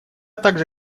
также